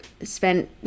spent